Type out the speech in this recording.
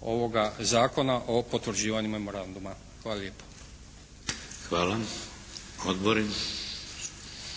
ovoga Zakona o potvrđivanju memoranduma. Hvala lijepa. **Šeks,